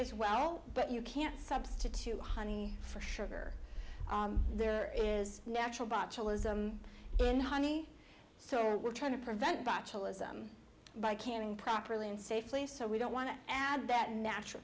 as well but you can't substitute honey for sugar there is natural botulism in honey so we're trying to prevent botulism by canning properly and safely so we don't want to add that natural